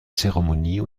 zeremonie